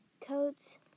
codes